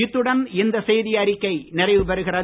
இத்துடன் இந்த செய்திஅறிக்கை நிறைவுபெறுகிறது